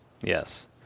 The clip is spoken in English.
Yes